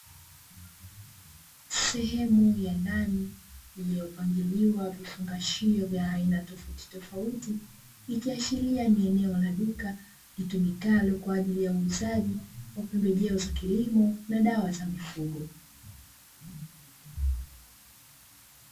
Sehemu ya ndani iliyopangiliwa vifungashio vya aina tofautitofauti, ikiashiria ni eneo la duka litumikalo kwa ajili ya uuzaji wa pembejeo za kilimo na dawa za mifugo.